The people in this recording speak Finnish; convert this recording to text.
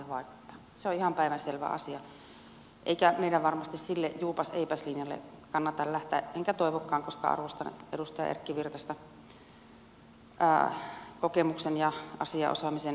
se on ihan päivänselvä asia eikä meidän varmasti sille juupaseipäs linjalle kannata lähteä enkä toivokaan koska arvostan edustaja erkki virtasta kokemuksen ja asiaosaamisen vuoksi